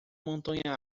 montanha